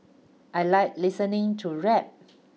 I like listening to rap